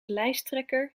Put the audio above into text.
lijsttrekker